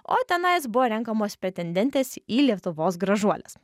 o tenais buvo renkamos pretendentės į lietuvos gražuoles